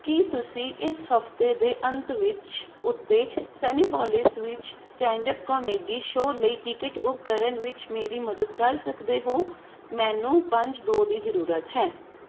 ਕੀ ਤੁਸੀਂ ਇਸ ਹਫਤੇ ਦੇ ਅੰਤ ਵਿੱਚ ਉੱਤੇ ਸਿਨੇਪੋਲਿਸ ਵਿਚ ਸਟੈਂਡ ਅੱਪ ਕਾਮੇਡੀ ਸ਼ੋਅ ਲਈ ਟਿਕਟ ਬੁੱਕ ਕਰਨ ਵਿੱਚ ਮੇਰੀ ਮਦਦ ਕਰ ਸਕਦੇ ਹੋ ਮੈਨੂੰ ਪੰਜ ਦੋ ਦੀ ਜ਼ਰੂਰਤ ਹੈ